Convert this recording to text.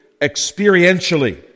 experientially